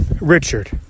Richard